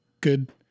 good